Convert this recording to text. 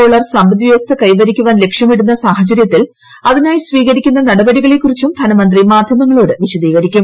dollar സമ്പദ് വ്യവസ്ഥ കൈവരിക്കുവാൻ ലക്ഷ്യമിടുന്ന സാഹചര്യത്തിൽ അതിനായി സ്വീകരിക്കുന്ന നടപടികളെക്കുറിച്ചും ധനമന്ത്രി മാധ്യമങ്ങളോട് വിശദീകരിക്കും